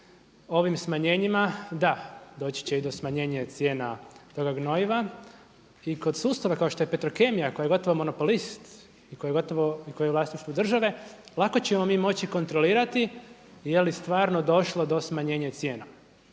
Ovim smanjenjima da, doći će i do smanjenja cijena toga gnojiva i kod sustava kao što je Petrokemija koja je gotovo monopolist i koji je u vlasništvu države lako ćemo mi moći kontrolirati jeli stvarno došlo do smanjenja cijena.